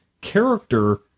character